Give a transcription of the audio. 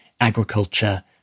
agriculture